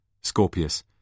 Scorpius